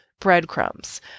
breadcrumbs